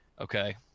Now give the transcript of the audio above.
Okay